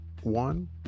one